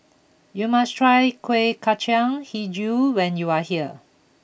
you must try Kuih Kacang HiJau when you are here